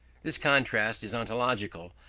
this contrast is ontological,